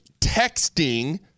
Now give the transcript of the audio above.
texting